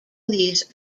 these